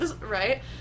right